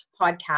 podcast